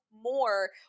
more